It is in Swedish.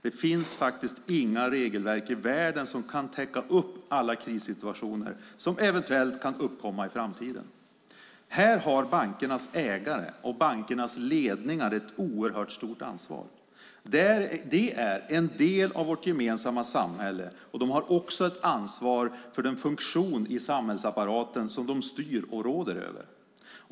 Det finns faktiskt inga regelverk i världen som kan täcka upp alla krissituationer som eventuellt kan uppkomma i framtiden. Här har bankernas ägare och bankernas ledningar ett oerhört stort ansvar. De är en del av vårt gemensamma samhälle och de har också ett ansvar för den funktion i samhällsapparaten som de styr och råder över.